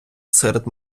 серед